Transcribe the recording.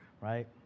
right